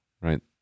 Right